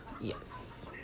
yes